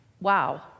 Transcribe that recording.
Wow